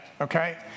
Okay